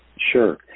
Sure